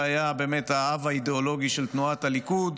שהיה באמת האב האידיאולוגי של תנועת הליכוד,